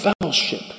fellowship